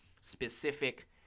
specific